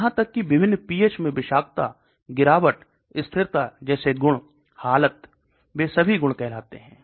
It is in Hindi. यहां तक कि विभिन्न पीएच में विषाक्तता गिरावट स्थिरता जैसे गुण हालत वे सभी गुण कहलाते हैं